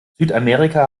südamerika